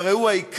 שהרי הוא העיקר,